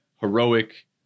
heroic